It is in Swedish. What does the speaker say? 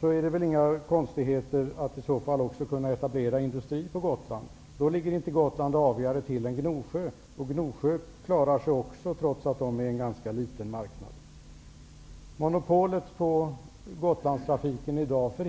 är det väl inga konstigheter med att också etablera industri på Gotland. Då ligger Gotland inte avigare till än Gnosjö. Gnosjö klarar sig, trots att det är en ganska liten marknad.